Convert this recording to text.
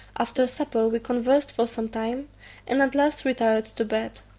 after supper we conversed for some time and at last retired to bed.